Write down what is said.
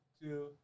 two